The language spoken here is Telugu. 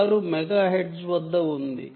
56 మెగాహెర్ట్జ్ వద్ద ఉంది